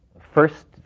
First